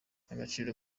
agaciro